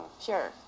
Sure